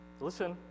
Listen